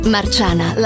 Marciana